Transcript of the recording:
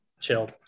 chill